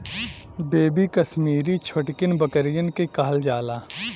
baby Kashmiri छोटकिन बकरियन के कहल जाला